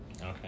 okay